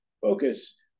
focus